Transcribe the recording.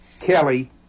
Kelly